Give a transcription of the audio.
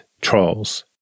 trolls